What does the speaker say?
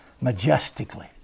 majestically